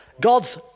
God's